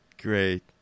Great